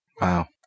wow